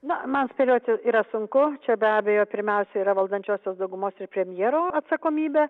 na man spėlioti yra sunku čia be abejo pirmiausia yra valdančiosios daugumos ir premjero atsakomybė